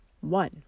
One